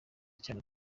cyane